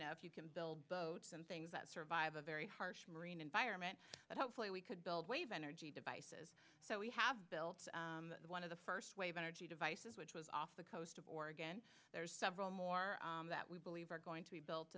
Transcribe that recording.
know if you can build boats and things that survive a very harsh marine environment but hopefully we could build wave energy devices so we have built one of the first wave energy devices which was off the coast of oregon there's several more that we believe are going to be built